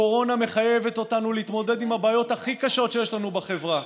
הקורונה מחייבת אותנו להתמודד עם הבעיות הכי קשות שיש לנו בחברה,